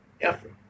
effort